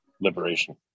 liberation